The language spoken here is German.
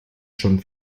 schon